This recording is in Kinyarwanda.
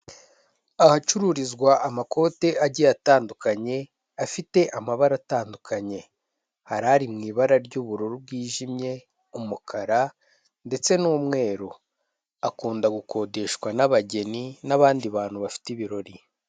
Ahacururizwa amakote agiye atandukanye, afite amabara atandukanye, hari ari mu ibara ry'ubururu bwijimye, umukara ndetse n'umweru, akunda gukodeshwa n'abageni n'abandi bantu bafite ibirori.